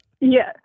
Yes